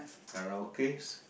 karaoke